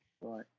Right